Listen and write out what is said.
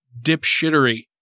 dipshittery